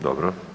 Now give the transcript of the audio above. Dobro.